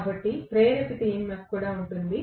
కాబట్టి ప్రేరేపిత EMF ఉంటుంది